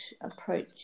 approach